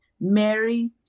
Mary